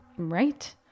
Right